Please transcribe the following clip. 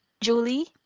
Julie